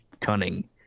cunning